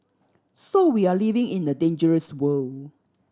so we are living in a dangerous world